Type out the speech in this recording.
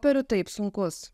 popierių taip sunkus